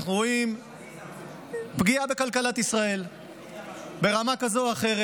אנחנו רואים פגיעה בכלכלת ישראל ברמה כזאת או אחרת.